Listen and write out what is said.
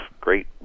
great